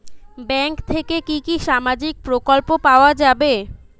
Bank থেকে কি কি সামাজিক প্রকল্প পাওয়া যাবে?